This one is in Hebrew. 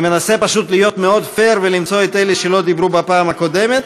אני מנסה פשוט להיות מאוד פייר ולמצוא את אלה שלא דיברו בפעם הקודמת.